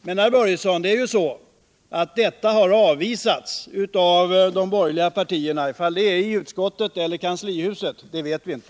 Men, Fritz Börjesson, det har avvisats av de borgerliga partierna — om det har skett i utskottet eller i kanslihuset vet jag inte.